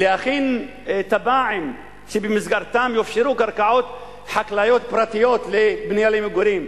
להכין תב"עות שבמסגרתן יופשרו קרקעות חקלאיות פרטיות לבנייה למגורים.